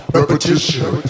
Repetition